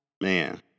man